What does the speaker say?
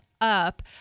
up